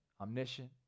omniscient